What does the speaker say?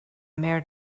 mare